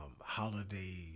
holiday